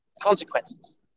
consequences